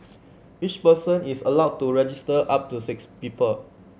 each person is allowed to register up to six people